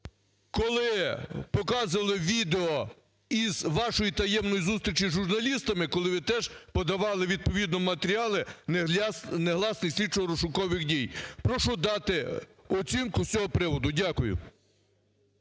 Коли показували відео із вашою таємною зустріччю з журналістами, коли ви теж подавали відповідно матеріали негласність слідчо-розшукових дій. Прошу дати оцінку з цього приводу? Дякую.